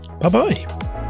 bye-bye